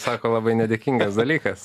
sako labai nedėkingas dalykas